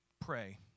pray